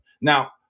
Now